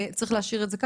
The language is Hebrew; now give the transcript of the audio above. שצריך להשאיר את זה כך?